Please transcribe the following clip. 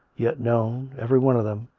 yet known, every one of them,